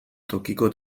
tokiko